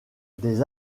des